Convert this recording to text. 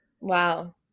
Wow